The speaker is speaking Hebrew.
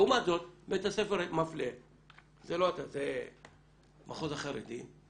לעומת זאת בית הספר מפלה, מחוז החרדי,